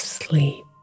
sleep